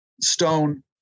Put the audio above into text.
stone